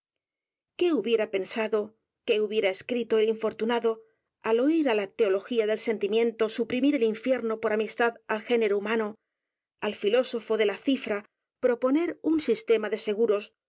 qué hubiera pensado qué hubiera escrito el infortunado al oir á la teología del sentimiento suprimir el infierno por amistad al género humano al filósofo de la cifra proponer un sistema de seguros